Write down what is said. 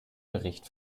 bericht